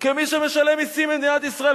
כמי שמשלם מסים למדינת ישראל,